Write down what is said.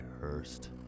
Hurst